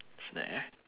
snack eh